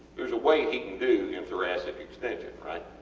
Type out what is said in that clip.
theres a weight he can do in thoracic extension, right?